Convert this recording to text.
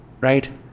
right